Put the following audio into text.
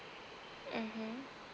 mmhmm